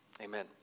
amen